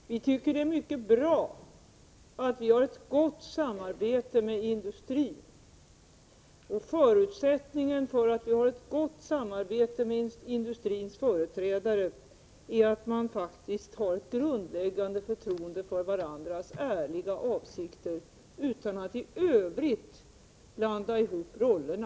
Fru talman! Vi tycker i regeringen att det är mycket bra att vi har ett gott samarbete med industrin. Förutsättningen för att vi har ett gott samarbete med industrins företrädare är att vi har ett grundläggande förtroende för varandras ärliga avsikter utan att i övrigt blanda ihop rollerna.